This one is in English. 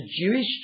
Jewish